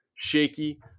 Shaky